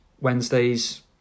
Wednesday's